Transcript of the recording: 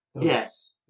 Yes